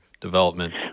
development